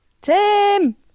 Tim